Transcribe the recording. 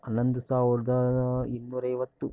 ಹನ್ನೊಂದು ಸಾವಿರದ ಇನ್ನೂರ ಐವತ್ತು